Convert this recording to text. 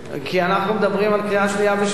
כי אנחנו מדברים על קריאה שנייה ושלישית,